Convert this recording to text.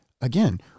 Again